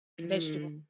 vegetable